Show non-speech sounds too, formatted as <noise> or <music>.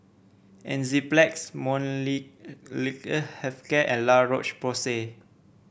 Enzyplex <unintelligible> Health Care and La Roche Porsay